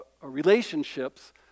relationships